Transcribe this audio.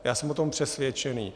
Já jsem o tom přesvědčen.